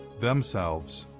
themselves.